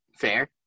fair